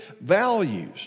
values